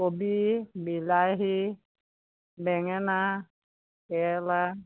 কবি বিলাহী বেঙেনা কেৰেলা